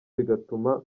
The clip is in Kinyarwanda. bigatuma